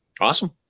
Awesome